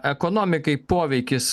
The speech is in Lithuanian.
ekonomikai poveikis